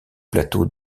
plateau